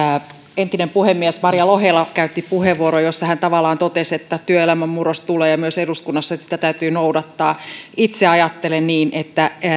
entinen puhemies maria lohela käytti puheenvuoron jossa hän tavallaan totesi että työelämän murros tulee myös eduskunnassa ja sitä täytyy noudattaa itse ajattelen niin että